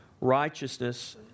righteousness